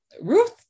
ruth